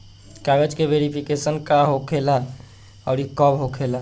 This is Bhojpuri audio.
कागज के वेरिफिकेशन का हो खेला आउर कब होखेला?